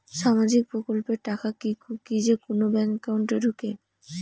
সামাজিক প্রকল্পের টাকা কি যে কুনো ব্যাংক একাউন্টে ঢুকে?